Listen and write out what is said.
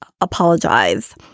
apologize